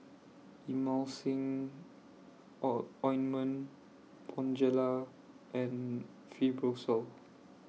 Emulsying O Ointment Bonjela and Fibrosol